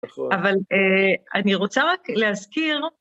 אבל אני רוצה רק להזכיר...